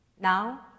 Now